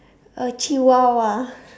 a chihuahua